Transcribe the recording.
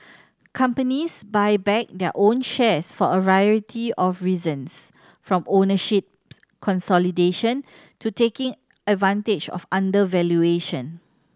companies buy back their own shares for a variety of reasons from ownership consolidation to taking advantage of undervaluation